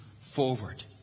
forward